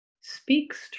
speaks